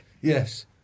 Yes